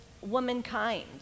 womankind